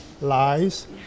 lies